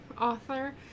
author